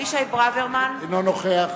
אבישי ברוורמן, אינו נוכח